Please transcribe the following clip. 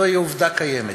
זוהי עובדה קיימת.